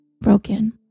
broken